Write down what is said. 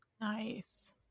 Nice